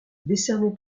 décerné